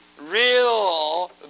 real